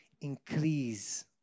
Increase